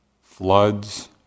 floods